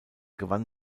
gewann